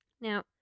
Now